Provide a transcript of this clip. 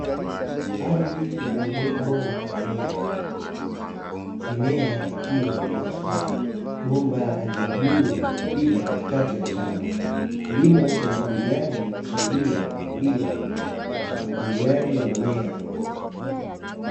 Ardhi yenye udongo wa kahawia, mimea ikiwa inastawi, bomba rangi ya bluu likiwa linapita katikati ya shamba. Kilimo cha umwagiliaji husaidia wakulima katika umwagiliaji wa mimea.